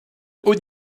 haut